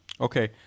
Okay